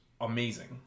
amazing